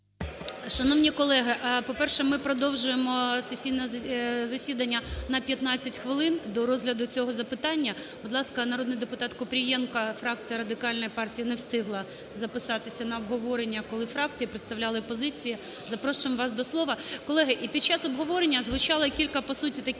Шановні колеги, по-перше, ми продовжуємо сесійне засідання на 15 хвилин до розгляду цього запитання. Будь ласка, народний депутат Купрієнко. Фракція Радикальної партії не встигла записатися на обговорення, коли фракції представляли позиції. Запрошуємо вас до слова. Колеги, і під час обговорення звучало кілька по суті таких